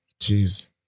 Jeez